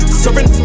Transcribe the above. serving